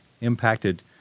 impacted